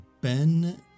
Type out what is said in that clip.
Ben